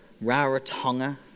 Rarotonga